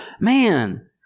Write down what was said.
man